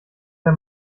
der